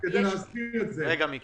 רגע, מיקי.